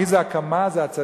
מי זה "הקמה" זה הצדיקים,